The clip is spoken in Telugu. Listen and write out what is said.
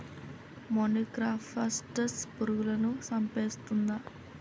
మొనిక్రప్టస్ పురుగులను చంపేస్తుందా?